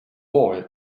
boy